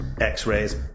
x-rays